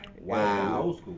Wow